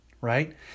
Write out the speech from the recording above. right